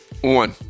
One